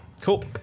Cool